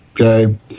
Okay